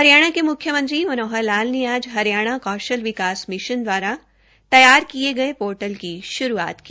हरियाणा के म्ख्यमंत्री मनोहर लाल ने आज हरियाणा कौशल विकास मिशन दवारा तैयार किये गये पोर्टल की शुरूआत की